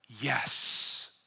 yes